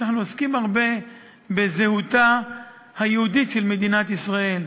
שאנחנו עוסקים הרבה בזהותה היהודית של מדינת ישראל,